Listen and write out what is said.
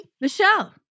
Michelle